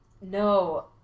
No